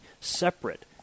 Separate